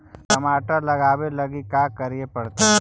टमाटर लगावे लगी का का करये पड़तै?